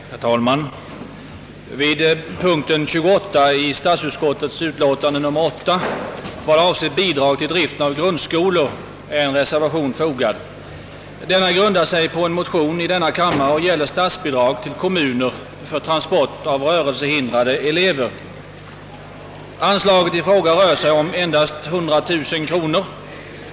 Herr talman! Till punkten 28 i statsutskottets utlåtande nr 8, som avser bidrag till driften av grundskolor, är en reservation fogad. Den grundar sig på en motion om bidrag till kommunerna för transporter av rörelsehindrade elever. Det gäller en ökning av anslaget med endast 100 000 kr.